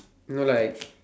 no like